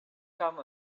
come